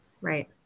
Right